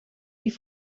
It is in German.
wie